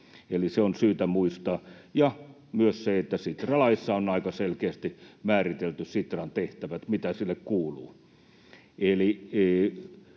ja myös se, että Sitra-laissa on aika selkeästi määritelty Sitran tehtävät, se, mitä sille kuuluu.